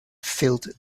filled